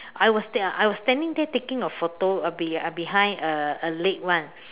I was there I was standing there taking a photo of be~ uh behind a lake [one]